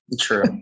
True